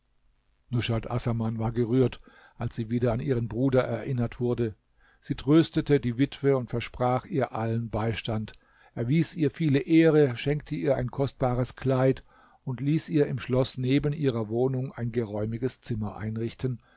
nushat assaman war gerührt als sie wieder an ihren bruder erinnert wurde sie tröstete die witwe und versprach ihr allen beistand erwies ihr viele ehre schenkte ihr ein kostbares kleid und ließ ihr im schloß neben ihrer wohnung ein geräumiges zimmer einrichten